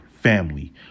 family